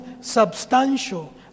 substantial